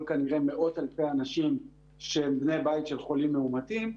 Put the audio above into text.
כנראה מאות אלפי אנשים שהם בני בית של חולים מאומתים.